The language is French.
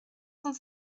cent